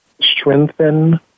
strengthen